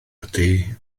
ydy